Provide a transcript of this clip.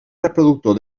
reproductor